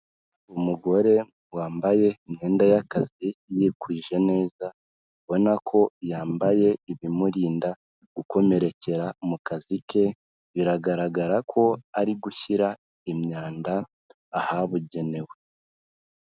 Umugore wambaye imyenda y'akazi, yikwije neza, ubona ko yambaye ibimurinda gukomerekera mu kazi ke, biragaragara ko, ari gushyira imyanda ahabugenewe.